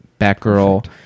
Batgirl